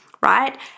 right